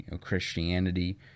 Christianity